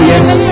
Yes